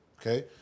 okay